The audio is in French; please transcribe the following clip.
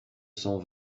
cent